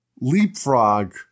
leapfrog